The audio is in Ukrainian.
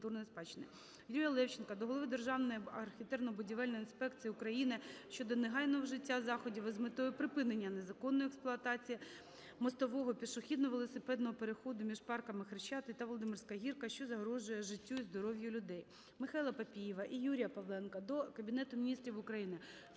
Юрія Левченка до голови Державної архітектурно-будівельної інспекції України щодо негайного вжиття заходів із метою припинення незаконної експлуатації мостового пішохідно-велосипедного переходу між парками "Хрещатий" та "Володимирська гірка", що загрожує життю і здоров'ю людей. Михайла Папієва і Юрія Павленка до Кабінету Міністрів України,